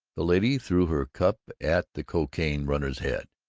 the lady threw her cup at the cocaine-runner's head.